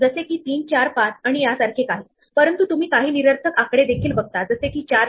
अर्थातच आपल्याला माहित आहे की आपण टारगेट स्क्वेअर शोधत आहोत जर आपण टारगेट स्क्वेअर मार्क केले तर आपण थांबू शकतो